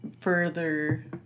further